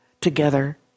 together